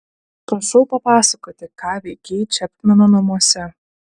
prašau papasakoti ką veikei čepmeno namuose